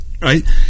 right